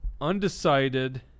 undecided